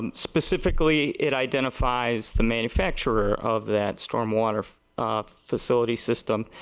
and specifically, it identified the manufacturer of that storm water facility system.